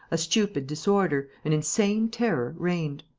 a stupid disorder, an insane terror, reigned.